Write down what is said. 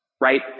right